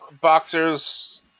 Boxers